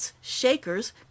shakers